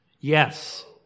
Yes